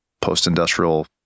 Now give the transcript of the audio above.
post-industrial